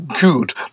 good